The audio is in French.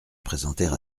présenter